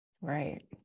right